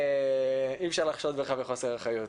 אי אפשר לחשוד בך בחוסר אחריות,